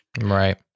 Right